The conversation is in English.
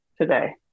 today